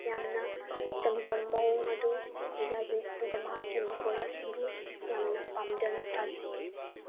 ꯌꯥꯝꯅ ꯆꯝꯖꯕ ꯃꯑꯣꯡ ꯑꯗꯨ ꯈꯣꯏꯗꯥꯖꯩ ꯑꯗꯨꯒ ꯃꯍꯥꯛꯀꯤ ꯃꯈꯣꯜ ꯑꯁꯤꯕꯨ ꯌꯥꯝꯅ ꯄꯥꯝꯖꯅ ꯇꯥꯖꯩ